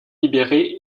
libérer